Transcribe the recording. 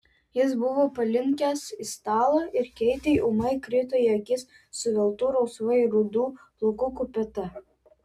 jis buvo palinkęs į stalą ir keitei ūmai krito į akis suveltų rausvai rudų plaukų kupeta